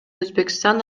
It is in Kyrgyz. өзбекстан